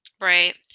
right